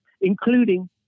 including